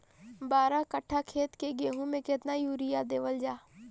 बारह कट्ठा खेत के गेहूं में केतना यूरिया देवल जा?